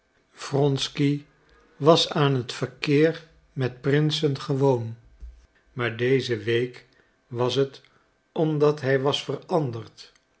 wronsky was aan het verkeer met prinsen gewoon maar deze week was het omdat hij was veranderd